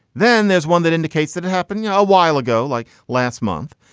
then there's one that indicates that it happened yeah a while ago, like last month.